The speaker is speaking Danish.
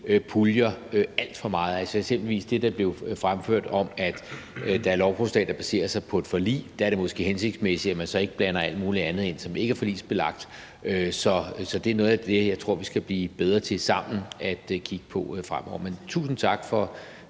i forbindelse med det, der blev fremført om, at der er lovforslag, der baserer sig på et forlig, måske hensigtsmæssigt, at man ikke blander alt muligt andet ind, som ikke er forligsbelagt. Det er noget af det, jeg tror vi skal blive bedre til sammen at kigge på fremover. Tusind tak for